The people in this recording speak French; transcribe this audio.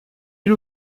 ils